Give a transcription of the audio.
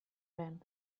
lehen